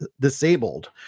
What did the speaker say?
disabled